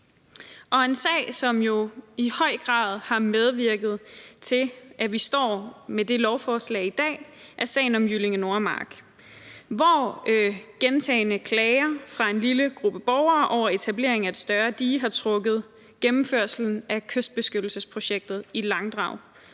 Og en sag, som jo i høj grad har medvirket til, at vi står med det her lovforslag i dag, er sagen om Jyllinge Nordmark, hvor gentagne klager fra en lille gruppe borgere over etableringen af et større dige har trukket gennemførelsen af kystbeskyttelsesprojektet og